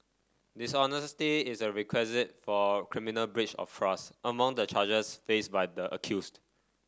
dishonesty is a requisite for criminal breach of trust among the charges faced by the accused